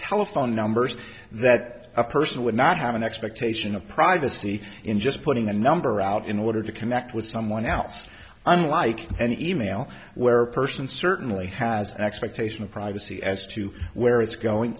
telephone numbers that a person would not have an expectation of privacy in just putting a number out in order to connect with someone else unlike any e mail where a person certainly has an expectation of privacy as to where it's going